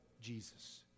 Jesus